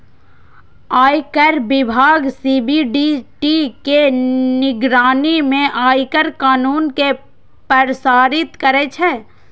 आयकर विभाग सी.बी.डी.टी के निगरानी मे आयकर कानून कें प्रशासित करै छै